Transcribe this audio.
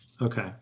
Okay